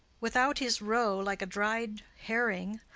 without his roe, like a dried herring.